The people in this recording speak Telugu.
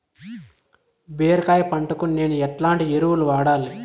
బీరకాయ పంటకు నేను ఎట్లాంటి ఎరువులు వాడాలి?